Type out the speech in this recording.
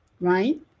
right